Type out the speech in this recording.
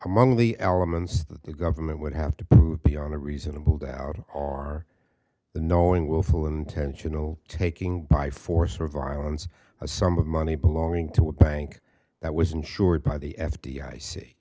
among the elements that the government would have to prove beyond a reasonable doubt are the knowing willful intentional taking by force or violence a sum of money belonging to a bank that was insured by the f b i see